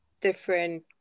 different